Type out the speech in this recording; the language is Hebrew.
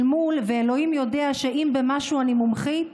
ואלוהים יודע שאם במשהו אני מומחית,